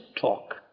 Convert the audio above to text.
talk